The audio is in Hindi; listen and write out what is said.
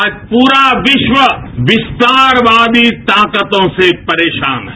आज प्ररा विश्व विस्तारवादी ताकतों से परेशान है